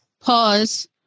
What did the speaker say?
pause